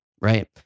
right